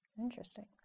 Interesting